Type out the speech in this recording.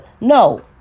no